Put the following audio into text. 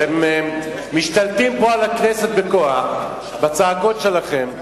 אתם משתלטים פה על הכנסת בכוח בצעקות שלכם,